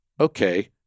okay